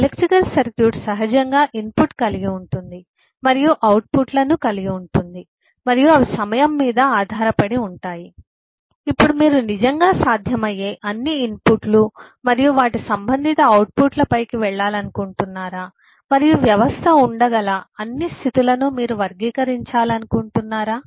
electrical circuit సహజంగా input కలిగి ఉంటుంది మరియు అవుట్పుట్ లను కలిగి ఉంటుంది మరియు అవి సమయం మీద ఆధారపడి ఉంటాయి ఇప్పుడు మీరు నిజంగా సాధ్యమయ్యే అన్ని ఇన్పుట్లు మరియు వాటి సంబంధిత అవుట్పుట్ల పైకి వెళ్లాలనుకుంటున్నారా మరియు వ్యవస్థ ఉండగల అన్ని స్థితులను మీరు వర్గీకరించాలనుకుంటున్నారా